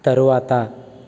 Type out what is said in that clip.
తరువాత